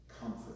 comfort